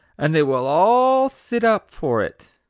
and they will all sit up for it!